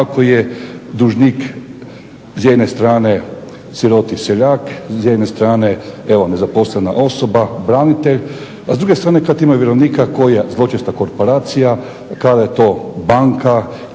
ako je dužnik s jedne strane siroti seljak, s jedne strane nezaposlena osoba, branitelj, a s druge strane kad imaju vjerovnika, koja zločesta korporacija, kada je to banka